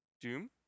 Doom